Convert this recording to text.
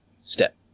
Step